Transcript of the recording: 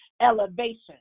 elevation